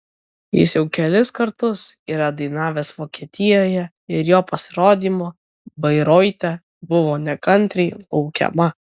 jis jau kelis kartus yra dainavęs vokietijoje ir jo pasirodymo bairoite buvo nekantriai laukiama